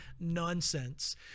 nonsense